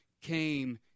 came